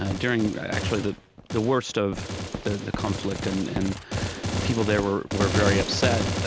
ah during actually the the worst of the the conflict, and and people there were were very upset.